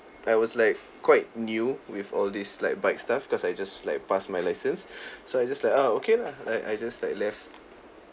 I was like quite new with all these like bike stuff cause I just like pass my license so I just like oh okay lah like I just like left